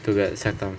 too bad suck thumb lah